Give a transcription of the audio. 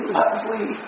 lovely